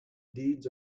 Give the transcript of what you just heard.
deeds